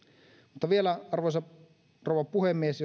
mutta vielä arvoisa rouva puhemies